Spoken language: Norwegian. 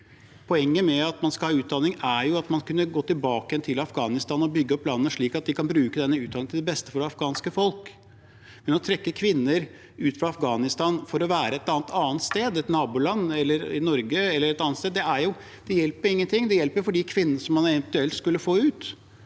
Poenget med at man skal ha utdanning, er jo at man kan gå tilbake til Afghanistan og bygge opp landet, at de kan bruke denne utdanningen til beste for det afghanske folk, men å trekke kvinner ut fra Afghanistan for å være et annet sted, i et naboland, i Norge eller et annet sted, hjelper ingenting. Det hjelper for de kvinnene man eventuelt skulle få ut,